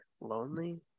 lonely